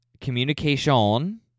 communication